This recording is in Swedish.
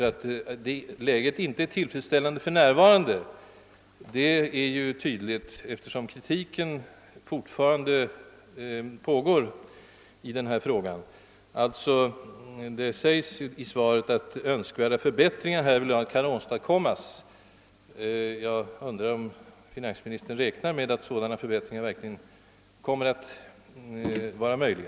Att läget inte är tillfredsställande för närvarande är ju tydligt, eftersom kritiken i denna fråga alltjämt består och t.o.m. skärpts. Finansministern säger ju i svaret att »Önskvärda förbättringar härvidlag torde kunna åstadkommas ---.» Jag vill fråga om finansministern räknar med att sådana förbättringar verkligen kommer att vara möjliga.